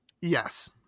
yes